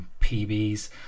pbs